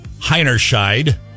Heinerscheid